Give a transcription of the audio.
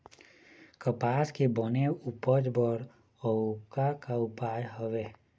कपास के बने उपज बर अउ का का उपाय हवे?